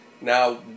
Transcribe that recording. Now